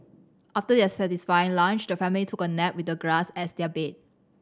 after their satisfying lunch the family took a nap with the grass as their bed